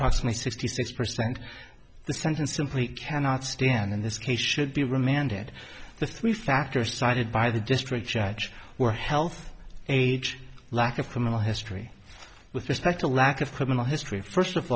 possibly sixty six percent the sentencing plea cannot stand in this case should be remanded the three factors cited by the district judge where health age lack of criminal history with respect a lack of criminal history first of